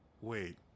Wait